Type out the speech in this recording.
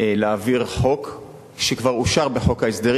להעביר חוק שכבר אושר בחוק ההסדרים